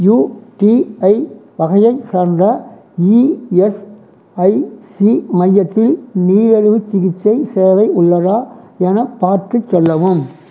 UTI வகையைச் சேர்ந்த ESIC மையத்தில் நீரிழிவு சிகிச்சை சேவை உள்ளதா எனப் பார்த்துச் சொல்லவும்